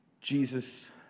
Jesus